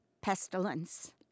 pestilence